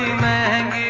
mag